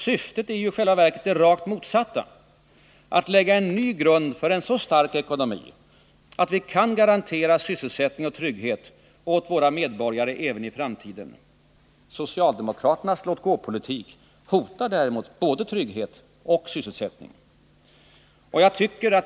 Syftet är ju i själva verket det rakt motsatta: Att lägga en ny grund för en så stark ekonomi att vi kan garantera sysselsättning och trygghet åt våra medborgare även i framtiden. Socialdemokraternas ”låt-gå-politik” hotar däremot både trygghet och sysselsättning.